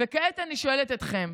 וכעת אני שואלת אתכם,